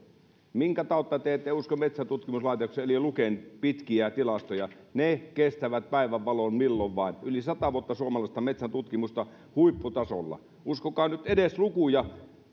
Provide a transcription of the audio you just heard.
minkä tautta te ette usko metsäntutkimuslaitoksen eli luken pitkiä tilastoja ne kestävät päivänvalon milloin vain yli sata vuotta suomalaista metsäntutkimusta huipputasolla uskokaa nyt edes lukuja